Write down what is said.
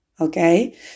Okay